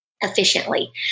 efficiently